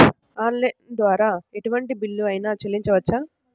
Online ద్వారా ఎటువంటి bill అయినా చెల్లించవచ్చా?